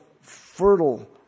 fertile